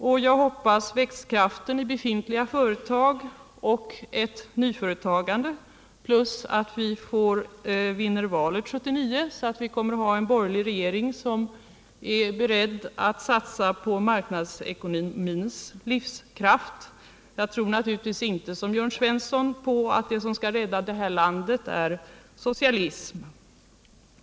Jag hoppas på växtkraften i befintliga företag och på ett nyföretagande samt på att vi vinner valet 1979, så att vi åter får en borgerlig regering, som är beredd att satsa på marknadsekonomins livskraft. Jag tror naturligtvis inte— som Jörn Svensson gör — på att det som skall kunna rädda det här landet är socialism.